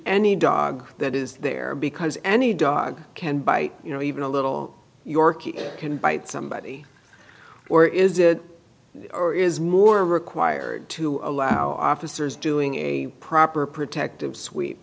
any dog that is there because any dog can bite you know even a little yorkie can bite somebody or is it or is more required to allow officers doing a proper protective swee